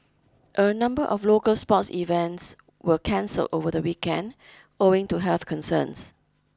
a number of local sports events were cancelled over the weekend owing to health concerns